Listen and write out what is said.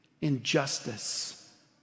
injustice